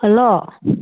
hello